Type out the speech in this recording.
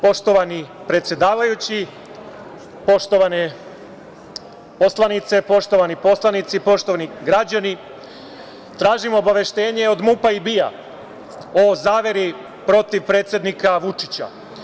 Poštovani predsedavajući, poštovane poslanice, poštovani poslanici, poštovani građani, tražim obaveštenje od MUP i BIA o zaveri protiv predsednika Vučića.